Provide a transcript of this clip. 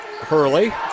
Hurley